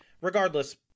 regardless